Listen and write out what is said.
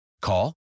Call